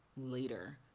later